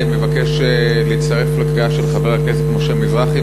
מבקש להצטרף לקריאה של חבר הכנסת משה מזרחי.